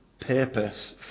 purpose